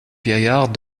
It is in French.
vieillard